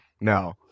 No